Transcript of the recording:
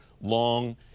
long